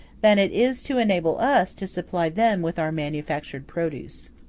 than it is to enable us to supply them with our manufactured produce.